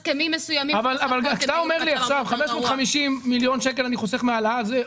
אבל כשאתה אומר לי עכשיו 550 מיליון אתה חוסך מההעלאה הזו,